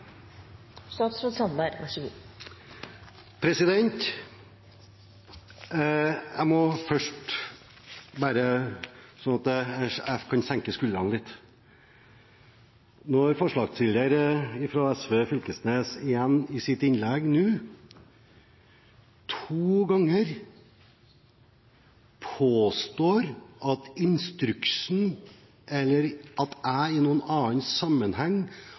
Først bare så jeg kan senke skuldrene litt: Når forslagsstilleren fra SV, representanten Knag Fylkesnes, i sitt innlegg nå to ganger påstår at instruksen, eller at jeg i noen annen sammenheng,